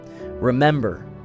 Remember